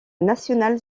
national